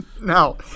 No